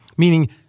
meaning